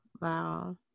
Wow